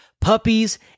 puppies